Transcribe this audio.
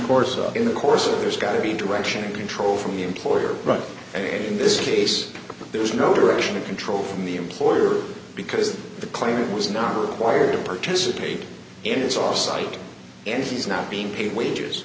course of course there's got to be a direction and control from the employer but in this case there is no direction or control from the employer because the client was not required to participate in this offsite and she's not being paid wages